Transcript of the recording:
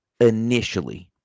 initially